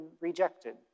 rejected